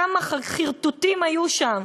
כמה חרטוטים היו שם,